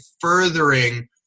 furthering